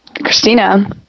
Christina